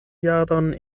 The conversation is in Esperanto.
jaron